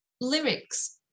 lyrics